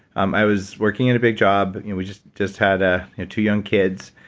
um i was working in a big job. you know we just just had ah two young kids,